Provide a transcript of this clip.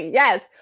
yes.